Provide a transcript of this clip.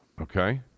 Okay